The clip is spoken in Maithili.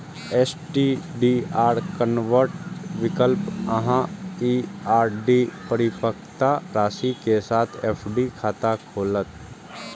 एस.टी.डी.आर कन्वर्ट विकल्प अहांक ई आर.डी परिपक्वता राशि के साथ एफ.डी खाता खोलत